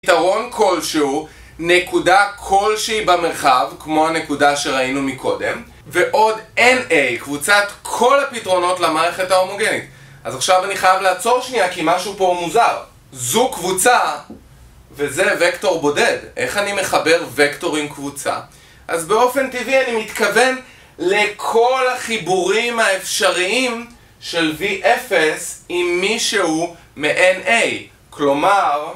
פתרון כלשהו, נקודה כלשהי במרחב, כמו הנקודה שראינו מקודם ועוד NA, קבוצת כל הפתרונות למערכת ההומוגנית אז עכשיו אני חייב לעצור שנייה כי משהו פה מוזר. זו קבוצה, וזה וקטור בודד, איך אני מחבר וקטור עם קבוצה? אז באופן טבעי אני מתכוון לכל החיבורים האפשריים של V0 עם מישהו מ-NA קלומר